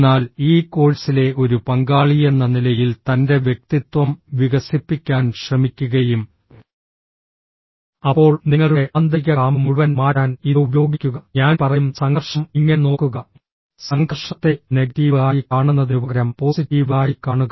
എന്നാൽ ഈ കോഴ്സിലെ ഒരു പങ്കാളിയെന്ന നിലയിൽ തൻ്റെ വ്യക്തിത്വം വികസിപ്പിക്കാൻ ശ്രമിക്കുകയും അപ്പോൾ നിങ്ങളുടെ ആന്തരിക കാമ്പ് മുഴുവൻ മാറ്റാൻ ഇത് ഉപയോഗിക്കുക ഞാൻ പറയും സംഘർഷം ഇങ്ങനെ നോക്കുക സംഘർഷത്തെ നെഗറ്റീവ് ആയി കാണുന്നതിനുപകരം പോസിറ്റീവ് ആയി കാണുക